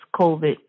COVID